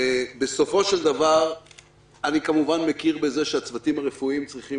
בסופו של דבר אני כמובן מכיר בזה שהצוותים הרפואיים צריכים